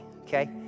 okay